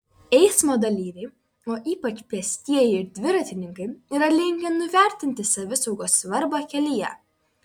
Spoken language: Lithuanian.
eismo dalyviai o ypač pėstieji ir dviratininkai yra linkę nuvertinti savisaugos svarbą kelyje